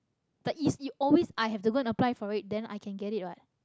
but it is always i have to go and apply for it then i can get it [what]